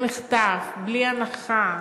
במחטף, בלי הנחה,